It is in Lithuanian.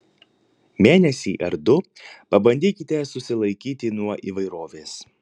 mėnesį ar du pabandykite susilaikyti nuo įvairovės